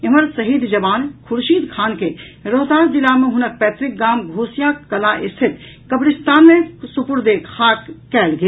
एम्हर शहीद जवान खुर्शीद खान के रोहतास जिला मे हुनक पैतृक गाम घोसिया कलां स्थित कब्रिस्तान मे सुपुर्द ए खाक कयल गेल